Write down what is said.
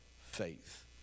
faith